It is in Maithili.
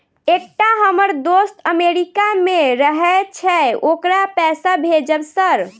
एकटा हम्मर दोस्त अमेरिका मे रहैय छै ओकरा पैसा भेजब सर?